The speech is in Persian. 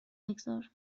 بگذار